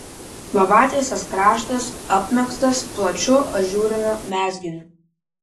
lovatiesės kraštas apmegztas plačiu ažūriniu mezginiu